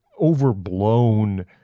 overblown